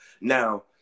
Now